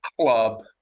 club